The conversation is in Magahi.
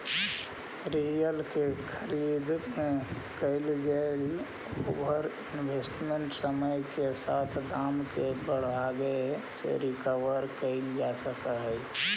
रियल के खरीद में कईल गेलई ओवर इन्वेस्टमेंट समय के साथ दाम के बढ़ावे से रिकवर कईल जा सकऽ हई